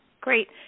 Great